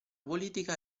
politica